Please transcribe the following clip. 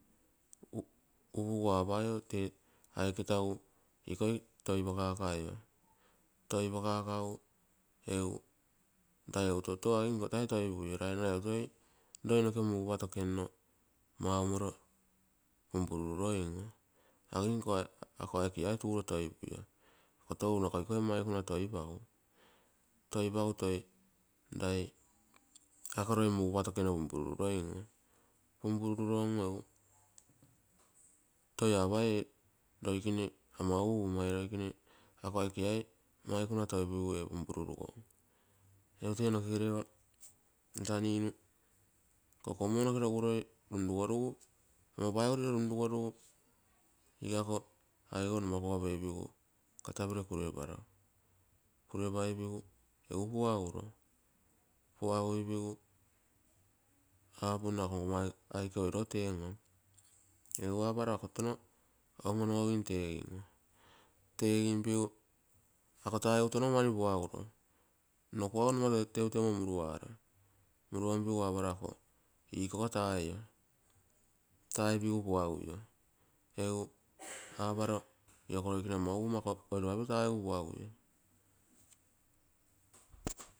Upugu apan o tee aike tagu ikoi toipakakaio. toipakakagu egu, lai egu toutou agim iko tai toipui. Lai egu toi loi noke mugupa tokenno maumoro punpurururoim, agin ako aike iai tuuro toipui. Ako touno, ako ikoi maikuna toipagu, toipagu toi rai ako roi mugupa tokenno punpurururoim, punpurururo egu egu toi apai ee loikene ama uma. Ee loikene ako punpurunugom. Egu tee nokegerego nta ninu kokomo noke roguroi runrugorugu, amapaigu nro runrugorugu iga ko aigou numakuga peigu carterbell kureparo, kunpaipigu, egu puaguro, puaguipigu apunno ako poga tono ongonogogim teegim, tegimpigu, ako taiguitono nno kuago numa teutega muruom pigu aparo ako ikoga taio, taipugu puagui, egu aparo ioko loikene ama uma ako oiropapio. Taipigu puaguio.